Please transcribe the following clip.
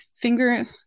finger